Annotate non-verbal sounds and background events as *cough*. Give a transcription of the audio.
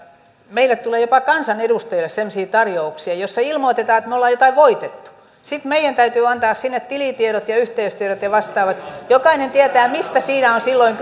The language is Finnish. meille tulee jopa kansanedustajille semmoisia tarjouksia joissa ilmoitetaan että me olemme jotain voittaneet sitten meidän täytyy antaa sinne tilitiedot ja yhteystiedot ja vastaavat jokainen tietää mistä siinä on silloin *unintelligible*